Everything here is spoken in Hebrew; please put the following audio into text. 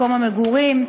במקום המגורים.